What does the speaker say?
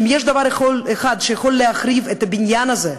שאם יש דבר אחד שיכול להחריב את הבניין הזה,